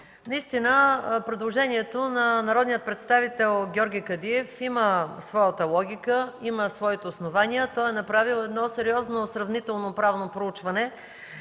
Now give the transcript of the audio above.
Наистина предложението на народния представител Георги Кадиев има своята логика, своите основания. Той е направил едно сериозно сравнително правно проучване